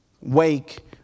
wake